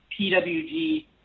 PWG